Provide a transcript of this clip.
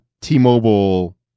T-Mobile